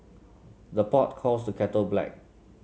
the pot calls the kettle black